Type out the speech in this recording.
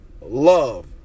love